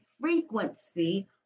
frequency